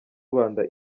rwanda